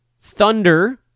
Thunder